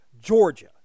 Georgia